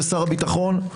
לשר הביטחון.